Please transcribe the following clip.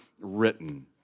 Written